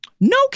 No